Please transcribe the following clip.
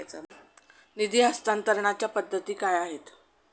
निधी हस्तांतरणाच्या पद्धती काय आहेत?